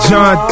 John